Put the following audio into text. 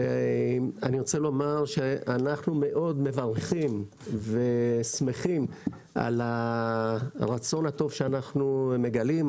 אני רוצה לומר שאנחנו מאוד מברכים ושמחים על הרצון הטוב שאנחנו מגלים,